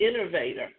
innovator